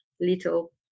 little